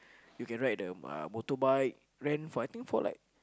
you can ride the uh motorbike rent for I think for like